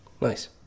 Nice